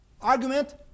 Argument